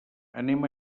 anem